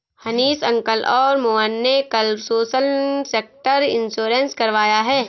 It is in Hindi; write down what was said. हनीश अंकल और मोहन ने कल सोशल सेक्टर इंश्योरेंस करवाया है